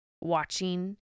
watching